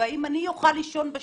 האם אני אוכל לישון בשקט,